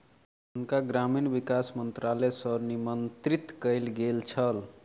हुनका ग्रामीण विकास मंत्रालय सॅ निमंत्रित कयल गेल छल